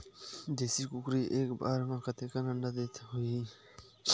देशी कुकरी एक बार म कतेकन अंडा देत होही?